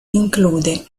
include